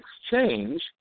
exchange